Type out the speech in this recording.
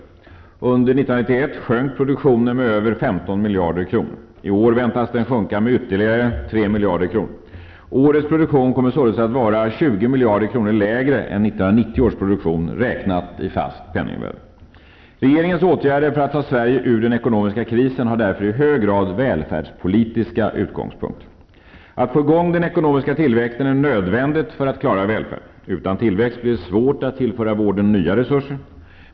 Under 1991 sjönk produktionen med över 15 miljarder kronor. I år väntas den sjunka med ytterligare 3 miljarder kronor. Årets produktion kommer således att vara 20 miljarder kronor lägre än 1990 års produktion, räknat i fast penningvärde. Regeringens åtgärder för att ta Sverige ur den ekonomiska krisen har därför i hög grad välfärdspolitiska utgångspunkter. Att få i gång den ekonomiska tillväxten är nödvändigt för att man skall kunna klara välfärden. Utan tillväxt blir det vårt att tillföra vården nya resurser.